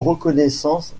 reconnaissance